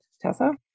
Tessa